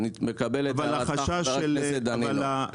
אני מקבל את ההערה של חבר הכנסת דנינו.